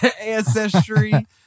Ancestry